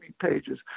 pages